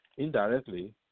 Indirectly